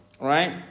Right